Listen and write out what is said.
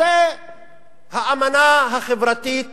זה האמנה החברתית